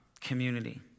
community